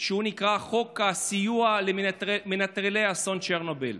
שנקרא חוק הסיוע למנטרלי אסון צ'רנוביל.